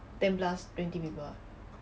ten plus twenty people ah